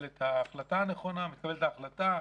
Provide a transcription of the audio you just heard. את ההחלטה הנכונה מתקבלת ההחלטה,